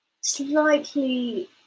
Slightly